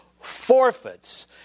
forfeits